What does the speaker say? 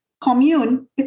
Commune